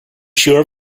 sure